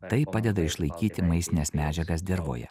tai padeda išlaikyti maistines medžiagas dirvoje